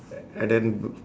and then b~